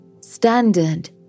standard